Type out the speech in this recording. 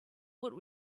would